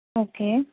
okay